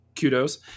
kudos